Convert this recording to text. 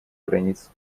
границ